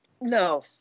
No